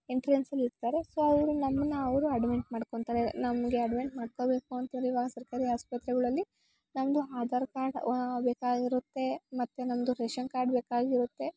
ಎಂಟ್ರೇನ್ಸಲ್ಲಿ ಇರ್ತಾರೆ ಸೋ ಅವರು ನಮ್ಮನ್ನ ಅವರು ಅಡ್ಮೆಂಟ್ ಮಾಡ್ಕೊತಾರೆ ನಮಗೆ ಅಡ್ಮೆಂಟ್ ಮಾಡ್ಕೋಬೇಕು ಅಂತೇಳಿ ಇವಾಗ ಸರ್ಕಾರಿ ಆಸ್ಪತ್ರೆಗಳಲ್ಲಿ ನಮ್ಮದು ಆಧಾರ್ ಕಾರ್ಡ್ ವ ಬೇಕಾಗಿರುತ್ತೆ ಮತ್ತು ನಮ್ಮದು ರೇಷನ್ ಕಾರ್ಡ್ ಬೇಕಾಗಿರುತ್ತೆ